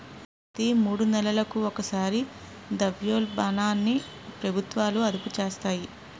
ప్రతి మూడు నెలలకు ఒకసారి ద్రవ్యోల్బణాన్ని ప్రభుత్వాలు అదుపు చేస్తాయి